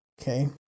Okay